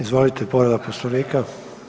Izvolite, povreda Poslovnika.